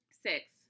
Six